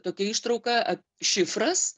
tokia ištrauka šifras